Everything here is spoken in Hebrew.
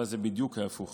אבל זה בדיוק הפוך.